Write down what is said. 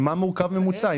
ממה מורכב ממוצע?